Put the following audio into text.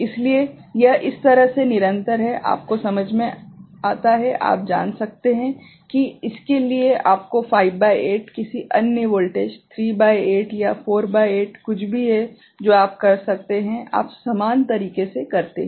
इसलिए यह इस तरह से निरंतर है आपको समझ में आता है आप जान सकते हैं कि इसके लिए आपको 5 भागित 8 किसी भी अन्य वोल्टेज 3 भागित 8 या 4 भागित 8 कुछ भी है जो आप कर सकते हैं आप समान तरीके से करते हैं